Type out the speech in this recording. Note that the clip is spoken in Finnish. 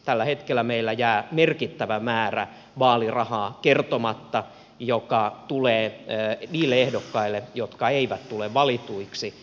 tällä hetkellä meillä jää kertomatta merkittävä määrä vaalirahaa joka tulee niille ehdokkaille jotka eivät tule valituiksi